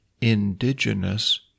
indigenous